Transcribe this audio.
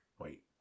Wait